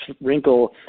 wrinkle